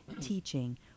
teaching